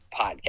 podcast